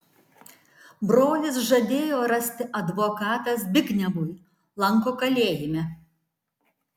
brolis žadėjo rasti advokatą zbignevui lanko kalėjime